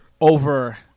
over –